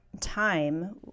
time